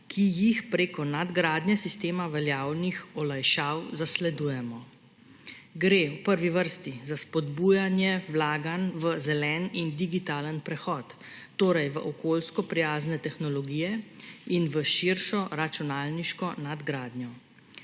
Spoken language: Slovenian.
ki jih prek nadgradnje sistema veljavnih olajšav zasledujemo. V prvi vrsti gre za spodbujanje vlaganj v zeleni in digitalni prehod, torej v okoljsko prijazne tehnologije in v širšo računalniško nadgradnjo.